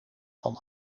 van